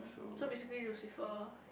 so basically Lucifer